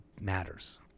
matters